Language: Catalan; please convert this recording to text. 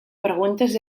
preguntes